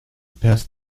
passed